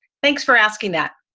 thanks for asking that.